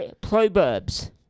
Proverbs